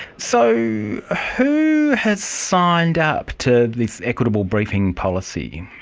so who has signed up to this equitable briefing policy?